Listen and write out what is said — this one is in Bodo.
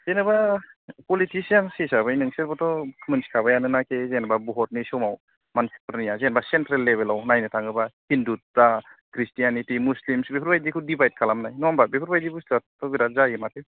जेनेबा पलितिसियान्स हिसाबै नोंसोरबोथ' मिनथिखाबायानोखि जेनेबा भ'टनि समाव मानसिफोरनिया जेनेबा सेन्ट्रेल लेबेलाव नायनो थाङोबा हिन्दु बा खृष्टियानिथि मुस्लिम्स बेफोरबायदिखौ दिबाइद खालामनाय नङा होम्बा बेफोरबायदि बुसथुआथ' बिराद जायो माथो